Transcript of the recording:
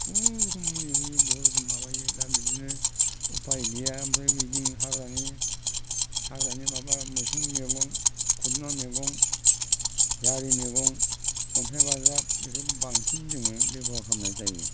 बहुत रोखोमनि मुलि होयो बहुत रोखोम माबायो दा बिदिनो उफाय गैया ओमफ्राय बिदिनो हाग्रानि माबा मैसुं मैगं खुदुना मेगं जारि मैगं अनथाइ बाजाब बेफोरखौ बांसिन जोङो बेबहार खालामनाय जायो